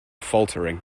faltering